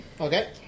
Okay